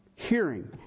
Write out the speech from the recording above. hearing